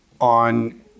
on